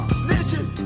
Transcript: snitching